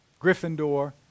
Gryffindor